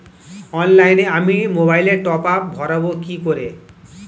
অফলাইনে আমি মোবাইলে টপআপ ভরাবো কি করে?